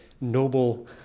noble